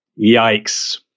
Yikes